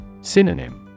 Synonym